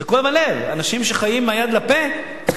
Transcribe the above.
כואב הלב שאנשים שחיים מהיד לפה צריכים